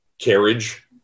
carriage